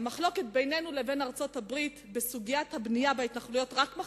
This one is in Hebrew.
המחלוקת בינינו לבין ארצות-הברית בסוגיית הבנייה בהתנחלויות רק מחריפה,